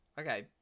Okay